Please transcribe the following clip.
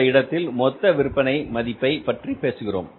இந்த இடத்தில் மொத்த விற்பனை மதிப்பை பற்றிப் பேசுகிறோம்